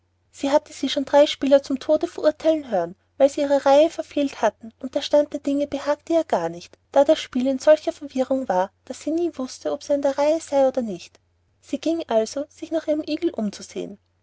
sie hatte sie schon drei spieler zum tode verurtheilen hören weil sie ihre reihe verfehlt hatten und der stand der dinge behagte ihr gar nicht da das spiel in solcher verwirrung war daß sie nie wußte ob sie an der reihe sei oder nicht sie ging also sich nach ihrem igel umzusehen